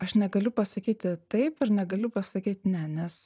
aš negaliu pasakyti taip ir negaliu pasakyt ne nes